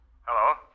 Hello